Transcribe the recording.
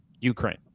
Ukraine